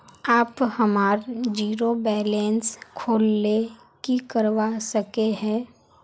आप हमार zero balance खोल ले की करवा सके है?